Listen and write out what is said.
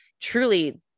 truly